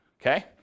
Okay